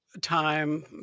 time